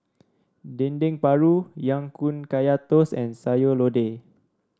Dendeng Paru Ya Kun Kaya Toast and Sayur Lodeh